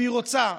והיא רוצה,